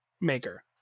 maker